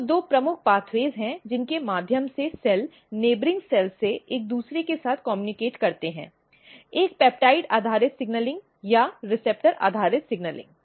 तो दो प्रमुख रास्ते हैं जिनके माध्यम से सेल पड़ोसी सेल से एक दूसरे के साथ कम्यूनकेट करते हैं एक पेप्टाइड आधारित सिग्नलिंग या रिसेप्टर आधारित सिग्नलिंग में है